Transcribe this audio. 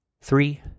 Three